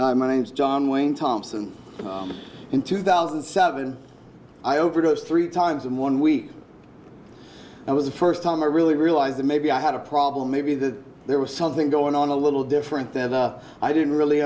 now my name's john wayne thompson in two thousand and seven i overdosed three times in one week it was the first time i really realized that maybe i had a problem maybe that there was something going on a little different than i i didn't really